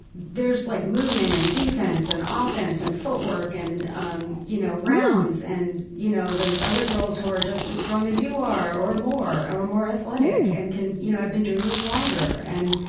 there's like movement and defense and ah offense and footwork and, um you know, rounds and you know, there's other girls who are just as strong as you are or more or more athletic and can, you know, have been doing this longer and.